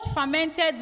fermented